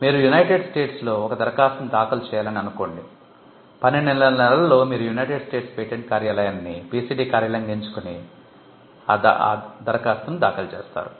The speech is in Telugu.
మీరు యునైటెడ్ స్టేట్స్లో ఒక దరఖాస్తును దాఖలు చేయాలని అనుకోండి 12 నెలల్లో మీరు యునైటెడ్ స్టేట్స్ పేటెంట్ కార్యాలయాన్ని PCT కార్యాలయంగా ఎంచుకొని PCT దరఖాస్తును దాఖలు చేస్తారు